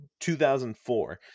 2004